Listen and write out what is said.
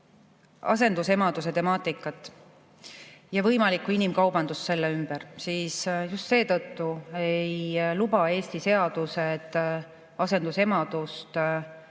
asendusemaduse temaatikat ja võimalikku inimkaubandust sellega seoses, siis just seetõttu Eesti seadused asendusemadust Eestis